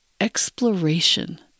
exploration